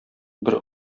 бер